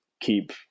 keep